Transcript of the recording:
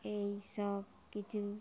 এইসব কিছু